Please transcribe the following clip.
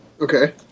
Okay